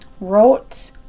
wrote